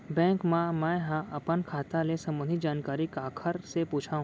Bank मा मैं ह अपन खाता ले संबंधित जानकारी काखर से पूछव?